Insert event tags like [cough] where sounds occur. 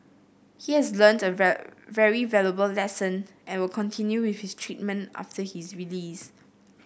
he has learnt a [unintelligible] very valuable lesson and will continue with his treatment after his release